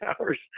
hours